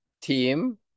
team